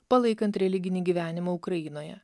palaikant religinį gyvenimą ukrainoje